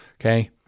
Okay